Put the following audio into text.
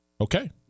Okay